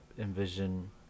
envision